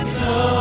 no